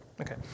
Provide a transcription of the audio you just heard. Okay